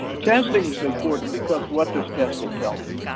testing is important, because what this testing tells.